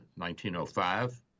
1905